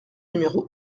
numéro